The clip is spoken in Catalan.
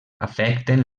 afecten